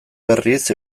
berriz